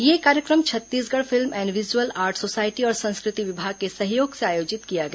यह कार्य क्र म Chhattisgarh film and visual art society और संस्कृति विभाग के सहयोग से आयोजित किया गया